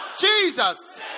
Jesus